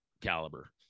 caliber